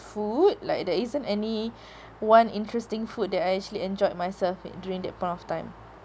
food like there isn't any one interesting food that I actually enjoyed myself in during that point of time